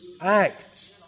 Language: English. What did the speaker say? act